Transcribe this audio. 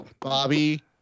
Bobby